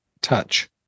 touch